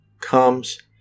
comes